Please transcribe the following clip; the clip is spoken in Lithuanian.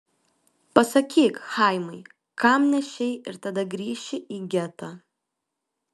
pasakyk chaimai kam nešei ir tada grįši į getą